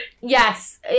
yes